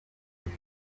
iyi